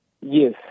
Yes